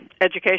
education